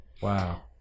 Wow